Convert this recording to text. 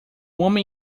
homem